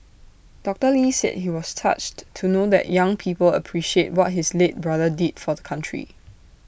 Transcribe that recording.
doctor lee said he was touched to know that young people appreciate what his late brother did for the country